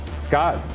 Scott